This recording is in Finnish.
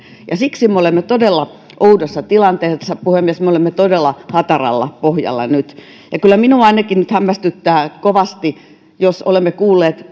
olemaan ja siksi me olemme todella oudossa tilanteessa puhemies me olemme todella hataralla pohjalla nyt ja kyllä minua ainakin nyt hämmästyttää kovasti jos olemme kuulleet